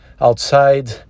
outside